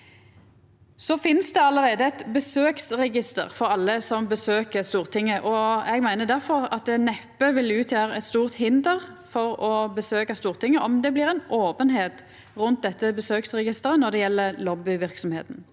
Det finst allereie eit besøksregister for alle som besøkjer Stortinget, og eg meiner difor at det neppe vil utgjera eit stort hinder for å besøkja Stortinget om det blir ei openheit rundt dette besøksregisteret når det gjeld lobbyverksemd.